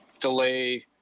delay